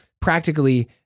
practically